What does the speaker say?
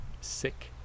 sick